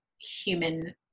Human